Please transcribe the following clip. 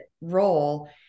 role